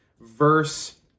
verse